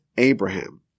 Abraham